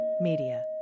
Media